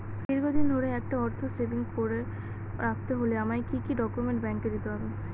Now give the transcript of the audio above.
দীর্ঘদিন ধরে একটা অর্থ সেভিংস করে রাখতে হলে আমায় কি কি ডক্যুমেন্ট ব্যাংকে দিতে হবে?